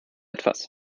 etwas